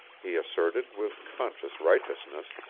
he asserted, with conscious righteousness,